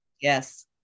Yes